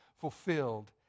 fulfilled